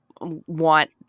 want